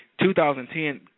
2010